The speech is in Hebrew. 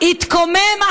"התקומם,